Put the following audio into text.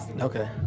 Okay